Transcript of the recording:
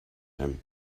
him